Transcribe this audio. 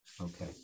Okay